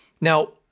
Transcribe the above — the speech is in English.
Now